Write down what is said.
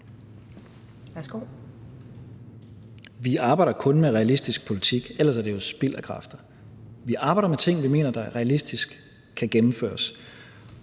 Vi arbejder kun med realistisk politik, ellers er det jo spild af kræfter. Vi arbejder med ting, som vi mener realistisk kan gennemføres.